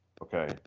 Okay